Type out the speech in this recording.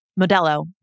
Modelo